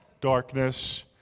darkness